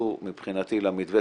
תיכנסו מבחינתי למבנה,